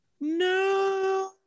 no